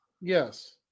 Yes